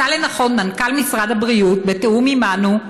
מצא לנכון מנכ"ל משרד הבריאות, בתיאום עימנו,